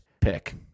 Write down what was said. pick